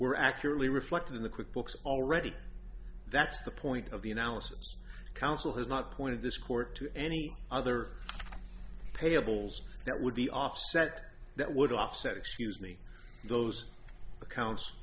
were accurately reflected in the quick books already that's the point of the analysis counsel has not pointed this court to any other payables that would be offset that would offset excuse me those accounts